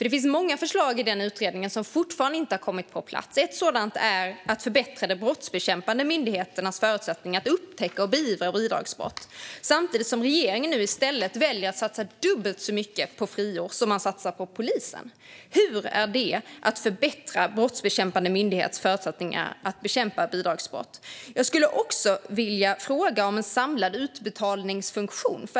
Det finns många förslag i utredningen som fortfarande inte har kommit på plats. Ett sådant är att förbättra de brottsbekämpande myndigheternas förutsättningar att upptäcka och beivra bidragsbrott. Samtidigt väljer nu regeringen att i stället satsa dubbelt så mycket på friår som på polisen. Hur är detta att förbättra brottsbekämpande myndigheters förutsättningar att bekämpa bidragsbrott? Jag skulle också vilja fråga om en samlad utbetalningsfunktion.